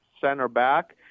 center-back